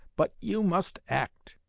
but you must act.